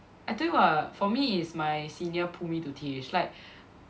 I told you [what] for me is my senior pull me to T_H like